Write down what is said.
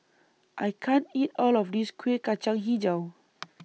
I can't eat All of This Kueh Kacang Hijau